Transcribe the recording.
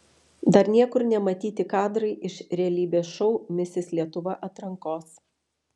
dar niekur nematyti kadrai iš realybės šou misis lietuva atrankos